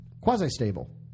quasi-stable